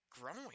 growing